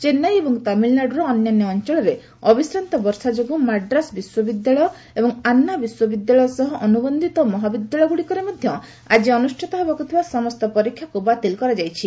ଚେନ୍ନାଇ ଏବଂ ତାମିଲନାଡୁର ଅନ୍ୟାନ୍ୟ ଅଞ୍ଚଳରେ ଅବିଶ୍ରାନ୍ତ ବର୍ଷା ଯୋଗୁଁ ମାଡ୍ରାସ୍ ବିଶ୍ୱବିଦ୍ୟାଳୟ ଏବଂ ଆନ୍ନା ବିଶ୍ୱବିଦ୍ୟାଳୟ ସହ ଅନୁବନ୍ଧିତ ମହାବିଦ୍ୟାଳୟଗୁଡ଼ିକରେ ମଧ୍ୟ ଆଜି ଅନୁଷ୍ଠିତ ହେବାକୁଥିବା ସମସ୍ତ ପରୀକ୍ଷାକୁ ବାତିଲ କରାଯାଇଛି